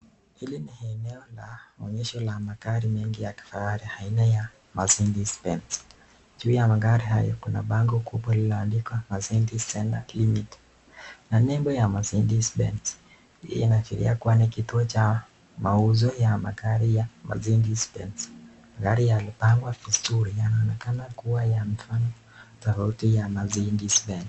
Hili ni eneo la maonyesho la magari nyingi ya kifahari aina ya Mercedes Benz, juu ya magari hayo kuna bango kubwa lililoandikwa Mercedes Center Ltd,malengo ya Mercedes Benz inaashiria kuwa ni kituo cha mauzo ya magari ya Mercedes Benz, magari yalipangwa vizuri, yanaonekana kuwa yamefana tofauti ya Mercedes Benz.